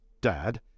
Dad